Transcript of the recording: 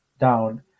down